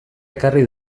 ekarri